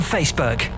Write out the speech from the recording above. Facebook